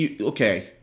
Okay